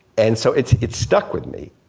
and so it's it's stuck with me.